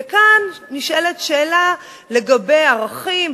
וכאן נשאלת שאלה לגבי ערכים,